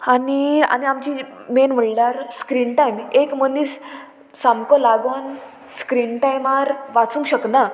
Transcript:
आनी आनी आमची मेन म्हणल्यार स्क्रीन टायम एक मनीस सामको लागोन स्क्रीन टायमार वाचूंक शकना